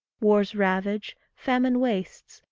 wars ravage, famine wastes,